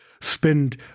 spend